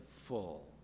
full